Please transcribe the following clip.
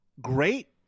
Great